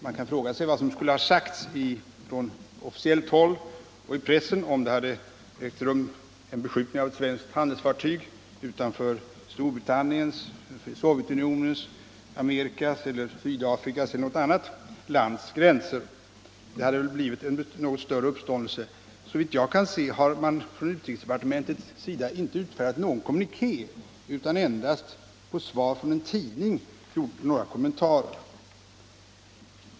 Man kan fråga sig vad som skulle ha sagts från officiellt håll och i pressen om en beskjutning ägt rum mot ett svenskt handelsfartyg utanför Storbritanniens, Sovjetunionens, Amerikas, Sydafrikas eller något annat lands gränser. Det hade väl då blivit en något större uppståndelse. Såvitt jag kan se har man från utrikesdepartementets sida inte utfärdat någon kommuniké, utan endast som svar till en tidning gjort några kommentarer.